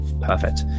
perfect